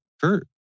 Kurt